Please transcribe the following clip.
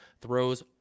throws